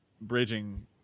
bridging